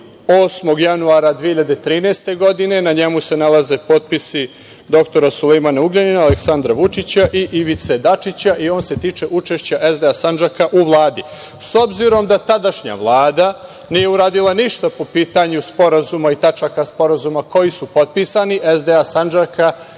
28. januara 2013. godine. Na njemu se nalaze potpisi dr Sulejmana Ugljanina, Aleksandra Vučića i Ivice Dačića i on se tiče učešća SDA Sandžaka u Vladi.S obzirom da tadašnja Vlada nije uradila ništa po pitanju Sporazuma i tačaka Sporazuma koji su potpisani, SDA Sandžaka